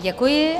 Děkuji.